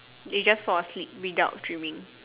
they just fall asleep without dreaming